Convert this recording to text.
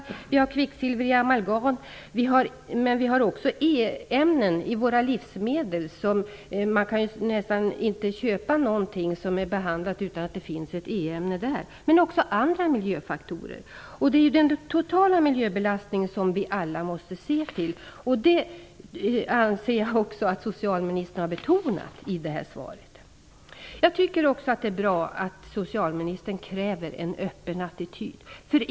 Det finns kvicksilver i amalgam, och det finns också E-ämnen i våra livsmedel. Man kan nästan inte köpa något som är behandlat utan att det finns ett E-ämne där. Det finns också andra miljöfaktorer. Vi måste alla se till den totala miljöbelastningen. Jag anser att socialministern har betonat detta i svaret. Jag tycker också att det är bra att socialministern kräver en öppen attityd.